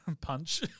punch